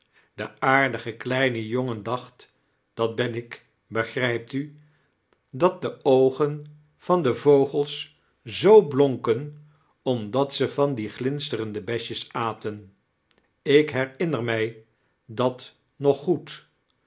de aardige kleine jongen dacht dat ben ik begrijpt u dat de oogen van de vogels zoo blomken omdat ze van die glinsterende besjes aten ik herinner mij dat nog goed